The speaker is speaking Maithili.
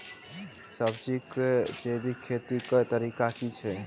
सब्जी केँ जैविक खेती कऽ तरीका की अछि?